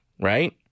right